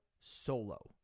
solo